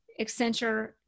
Accenture